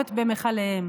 התערובת במכליהם.